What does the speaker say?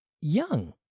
young